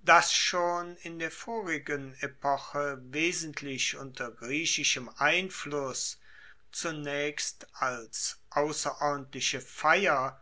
das schon in der vorigen epoche wesentlich unter griechischem einfluss zunaechst als ausserordentliche feier